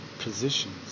positions